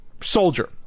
soldier